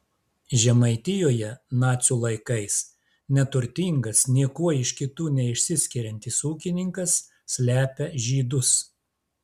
žemaitijoje nacių laikais neturtingas niekuo iš kitų neišsiskiriantis ūkininkas slepia žydus